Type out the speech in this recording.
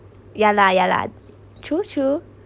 ya lah ya lah true true